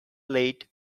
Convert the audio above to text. late